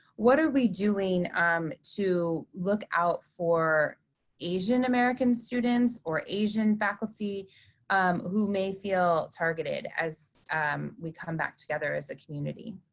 what are we doing um to look out for asian-american students or asian faculty who may feel targeted as um we come back together as a community?